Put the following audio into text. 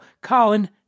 Colin